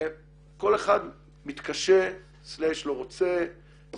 כל אחד מתקשה או לא רוצה או